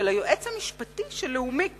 של היועץ המשפטי של "לאומי קארד",